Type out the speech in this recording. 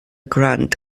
grant